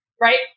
right